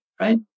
right